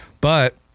But-